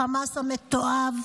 החמאס המתועב.